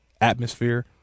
atmosphere